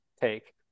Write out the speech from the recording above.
take